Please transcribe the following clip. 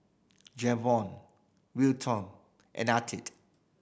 Jayvon Wilton and Artie